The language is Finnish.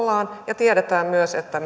ollaan ja tiedetään myös että